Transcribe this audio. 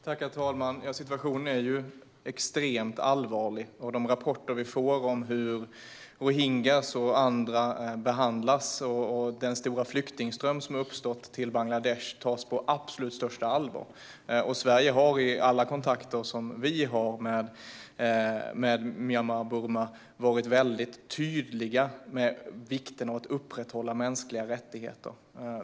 Herr talman! Situationen är extremt allvarlig. De rapporter vi får om hur rohingya och andra behandlas samt den stora flyktingström till Bangladesh som har uppstått tas på absolut största allvar. Sverige har i alla kontakter med Myanmar/Burma varit tydligt med vikten av att upprätthålla mänskliga rättigheter.